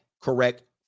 correct